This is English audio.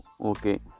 Okay